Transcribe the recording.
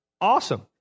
Awesome